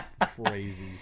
crazy